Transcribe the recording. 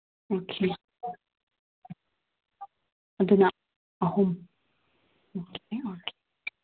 okay ꯑꯗꯨꯅ ꯑꯍꯨꯝ okay okay